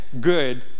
good